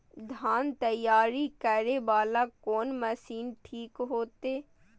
धान तैयारी करे वाला कोन मशीन ठीक होते?